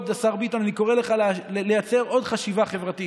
השר ביטון, אני קורא לך לייצר עוד חשיבה חברתית,